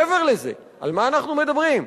מעבר לזה, על מה אנחנו מדברים?